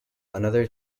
another